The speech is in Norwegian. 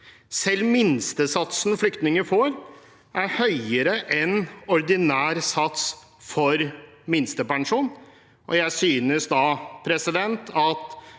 Selv minstesatsen flyktninger får, er høyere enn ordinær sats for minstepensjon. Jeg synes at de